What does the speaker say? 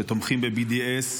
שתומכים ב-BDS,